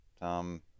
Tom